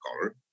color